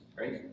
right